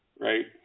right